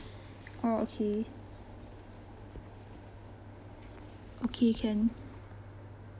oh okay okay can